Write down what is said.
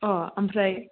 अ आमफ्राय